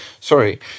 Sorry